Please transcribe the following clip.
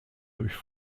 durch